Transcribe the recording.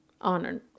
on